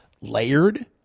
layered